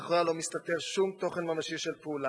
שמאחוריה לא מסתתר שום תוכן ממשי של פעולה.